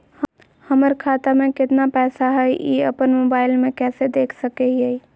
हमर खाता में केतना पैसा हई, ई अपन मोबाईल में कैसे देख सके हियई?